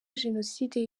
jenoside